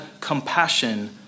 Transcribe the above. compassion